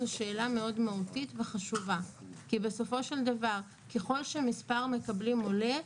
זו שאלה מאוד מהותית וחשובה כי בסופו של דבר ככל שמספר המקבלים עולה,